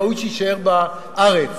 ראוי שיישאר בארץ,